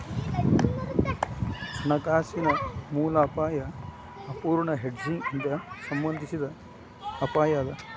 ಹಣಕಾಸಿನ ಮೂಲ ಅಪಾಯಾ ಅಪೂರ್ಣ ಹೆಡ್ಜಿಂಗ್ ಇಂದಾ ಸಂಬಂಧಿಸಿದ್ ಅಪಾಯ ಅದ